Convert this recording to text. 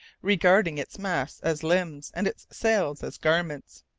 regarding its masts as limbs, and its sails as garments.